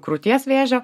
krūties vėžio